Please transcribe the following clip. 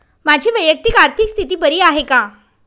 माझी वैयक्तिक आर्थिक स्थिती बरी आहे का?